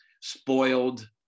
spoiled